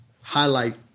highlight